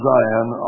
Zion